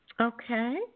Okay